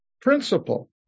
principle